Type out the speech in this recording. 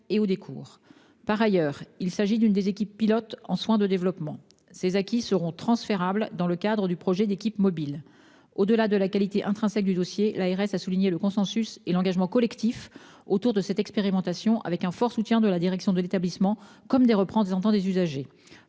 et au décours. Par ailleurs, il s'agit d'une des équipes pilotes en soins de développement. Ces acquis seront transférables dans le cadre du projet d'équipe mobile. Au-delà de la qualité intrinsèque du dossier, l'ARS a souligné le consensus et l'engagement collectif autour de cette expérimentation, qui bénéficie d'un fort soutien de la direction de l'établissement comme des représentants des usagers.